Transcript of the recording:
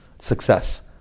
success